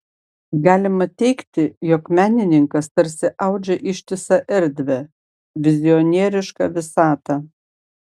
galima teigti jog menininkas tarsi audžia ištisą erdvę vizionierišką visatą